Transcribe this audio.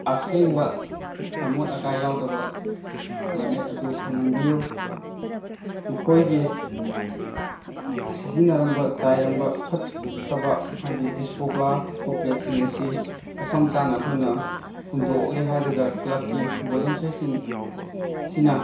ꯑꯁꯦꯡꯕ ꯑꯃꯣꯠ ꯑꯀꯥꯏ ꯌꯥꯎꯗꯕ ꯀ꯭ꯂꯥꯏꯃꯦꯠ ꯑꯗꯨ ꯐꯪꯍꯟꯕꯤꯌꯨ ꯃꯈꯣꯏꯒꯤ ꯁꯤꯖꯤꯟꯅꯔꯝꯕ ꯆꯥꯏꯔꯝꯕ ꯐꯠꯇꯕ ꯍꯥꯏꯕꯗꯤ ꯗꯤꯁꯄꯣ ꯒ꯭ꯂꯥꯁ ꯗꯤꯁꯄꯣ ꯄ꯭ꯂꯦꯠꯁꯤꯡ ꯑꯁꯤ ꯃꯐꯝ ꯆꯥꯅ ꯑꯩꯈꯣꯏꯅ ꯍꯨꯟꯗꯣꯛꯂꯦ ꯍꯥꯏꯔꯒ ꯀ꯭ꯂꯕꯀꯤ ꯚꯣꯂꯦꯟꯇꯤꯌꯔꯁꯤꯡ ꯁꯤꯅ